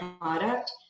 product